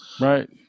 right